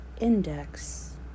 Index